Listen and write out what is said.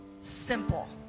Simple